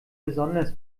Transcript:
besonders